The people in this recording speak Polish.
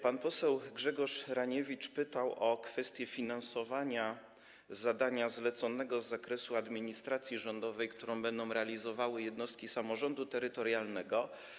Pan poseł Grzegorz Raniewicz pytał o kwestię finansowania zadania zleconego z zakresu administracji rządowej, którą będą realizowały jednostki samorządu terytorialnego.